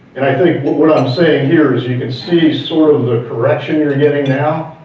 and i think what what i'm saying here is you can see sort of the correction you're getting now.